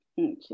Okay